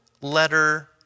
letter